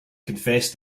confessed